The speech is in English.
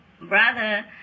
brother